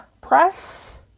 press